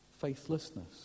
faithlessness